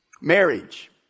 Marriage